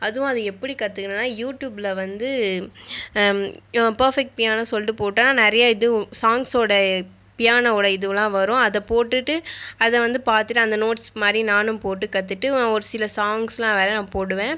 அதுவும் அது எப்படி கற்றுகுனனா யூட்டூப்பில் வந்து பேஃபெக்ட் பியானோ சொல்லிட்டு போட்டால் நிறையா இது சாங்ஸோடய பியானோவோட இதுவெலாம் வரும் அதை போட்டுகிட்டு அதை வந்து பார்த்துகிட்டு அந்த நோட்ஸ் மாதிரி நானும் போட்டு கற்றுக்ட்டு ஒரு சில சாங்ஸ்லாம் வேற நான் போடுவேன்